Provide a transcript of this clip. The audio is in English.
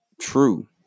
true